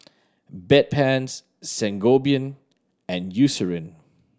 Bedpans Sangobion and Eucerin